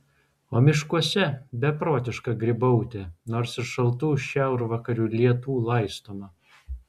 o miškuose beprotiška grybautė nors ir šaltų šiaurvakarių lietų laistoma